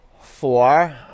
four